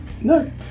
No